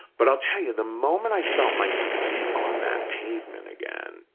but i'll tell you, the moment i felt my feet on that pavement again,